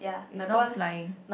it's all flying